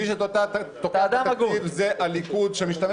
מי שתוקע את התקציב זה הליכוד שמשתמש